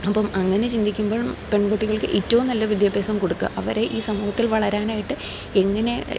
അപ്പം അങ്ങനെ ചിന്തിക്കുമ്പോൾ പെൺകുട്ടികൾക്ക് ഏറ്റവും നല്ല വിദ്യാഭ്യാസം കൊടുക്കുക അവരെ ഈ സമൂഹത്തിൽ വളരാനായിട്ട് എങ്ങനെ